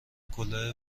کلاه